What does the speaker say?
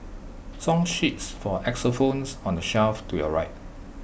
song sheets for xylophones are on the shelf to your right